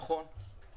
נכון.